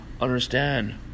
understand